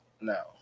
no